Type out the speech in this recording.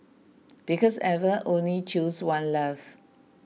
because Eva can only choose one love